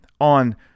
on